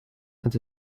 and